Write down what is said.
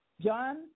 John